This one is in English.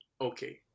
okay